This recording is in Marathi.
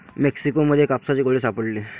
मेक्सिको मध्ये कापसाचे गोळे सापडले